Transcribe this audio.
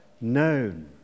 known